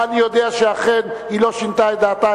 ואני יודע שאכן היא לא שינתה את דעתה,